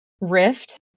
rift